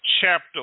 chapter